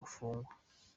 gupfungwa